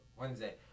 Wednesday